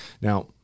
Now